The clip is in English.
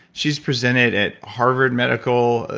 she's presented at harvard medical,